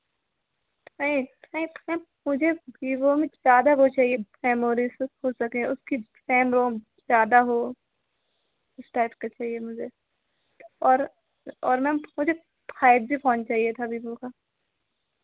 नहीं ma'am ma'am मुझे Vivo में ज़्यादा वो चाहिए मेमोरी हो सके उसकी रैम रोम ज़्यादा हो उस टाइप का चाहिए मुझे और और मैम मुझे हेड भी फ़ोन चाहिए था वीवो का